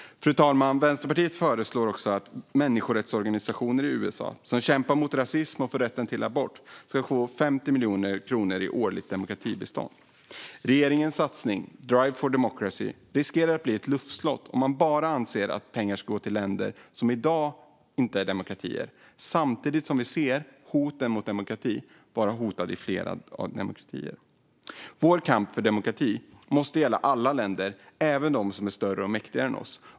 Fru talman! Vänsterpartiet föreslår också att människorättsorganisationer i USA, som kämpar mot rasism och för rätt till abort, ska få 50 miljoner kronor i årligt demokratibistånd. Regeringens satsning Drive for democracy riskerar att bli ett luftslott om man anser att pengar bara ska gå till länder som i dag inte är demokratier, samtidigt som vi ser demokratin vara hotad i flera demokratier. Vår kamp för demokrati måste gälla alla länder, även länder som är större och mäktigare än vi.